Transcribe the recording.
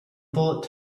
bullet